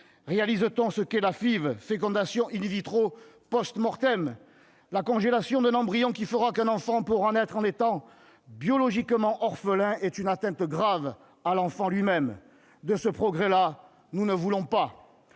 Réalise-t-on ce qu'est la FIV, fécondation, ? La congélation d'un embryon, permettant qu'un enfant puisse naître en étant biologiquement orphelin, est une atteinte grave à l'enfant lui-même ! De ce progrès-là, nous ne voulons pas